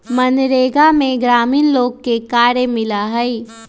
मनरेगा में ग्रामीण लोग के कार्य मिला हई